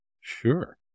Sure